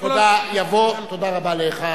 תודה רבה לך.